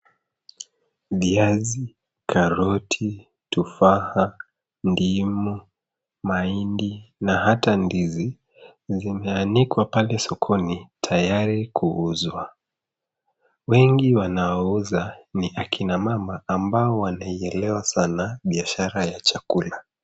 Viazi, karoti, tufaha, ndimu, mahindi na hata ndizi, zimeanikwa pale sokoni tayari kuuzwa. Wengi wanaoouza ni akina mama ambao wanaielewa sana biashara ya chakula.